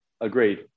Agreed